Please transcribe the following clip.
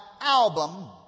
album